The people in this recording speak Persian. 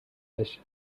بشه